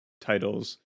titles